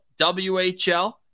whl